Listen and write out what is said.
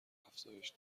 افزایش